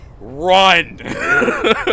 run